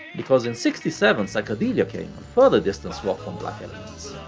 because in sixty seven psychedelia came and further distanced rock from black elements.